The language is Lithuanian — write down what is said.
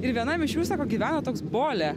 ir vienam iš jų sako gyveno toks bolė